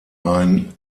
ein